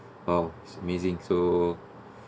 !wow! amazing so